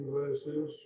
verses